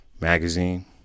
magazine